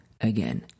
again